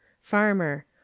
farmer